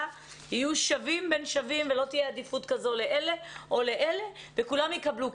יהיו שווים בין שווים לא תהיה עדיפות כזו לאלה או לאלה וכולם יקבלו,